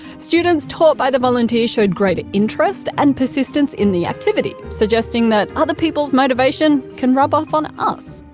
students taught by the volunteer showed greater interest and persistence in the activity, suggesting that other people's motivation can rub off on us.